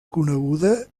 coneguda